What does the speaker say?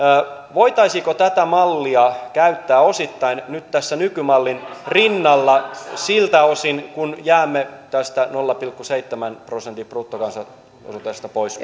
voitaisiinko tätä mallia käyttää osittain nyt tässä nykymallin rinnalla siltä osin kuin jäämme tästä nolla pilkku seitsemän prosentin bruttokansantuoteosuudesta pois